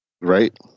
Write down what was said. Right